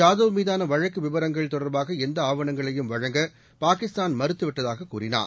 ஜாதவ் மீதான வழக்கு விவரங்கள் தொடர்பாக எந்த ஆவணங்களையும் வழங்க பாகிஸ்தான் மறுத்து விட்டதாக கூறினார்